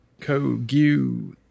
Kogu